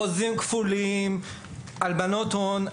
חוזים כפולים, הלבנות הון.